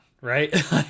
right